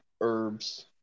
herbs